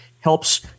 helps